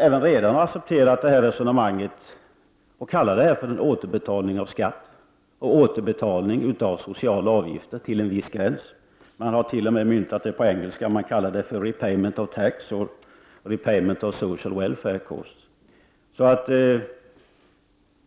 Även redarna har accepterat detta resonemang och kallar det för återbetalning av skatt och återbetalning av sociala avgifter till en viss gräns. Man har t.o.m. myntat begreppen på engelska och kallar dem för ”repayment of tax” och ”repayment of social welfare-costs”.